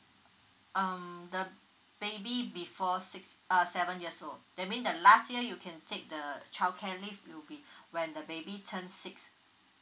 um the baby before six uh seven years old that mean the last year you can take the childcare leave it'll be when the baby turns six